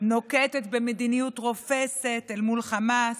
ונוקטת מדיניות רופסת אל מול חמאס.